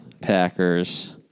Packers